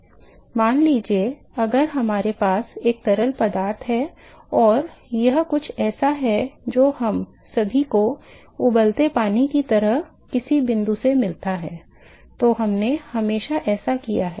अब मान लीजिए अगर हमारे पास एक तरल पदार्थ है और यह कुछ ऐसा है जो हम सभी को उबलते पानी की तरह किसी बिंदु से मिलता है तो हमने हमेशा ऐसा किया है